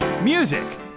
Music